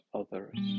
others